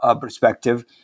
perspective